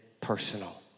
personal